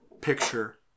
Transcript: picture